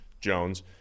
Jones